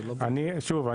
שוב,